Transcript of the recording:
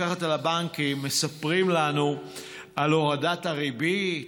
המפקחת על הבנקים מספרים לנו על הורדת הריבית,